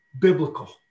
biblical